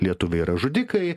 lietuviai yra žudikai